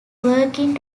working